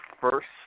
first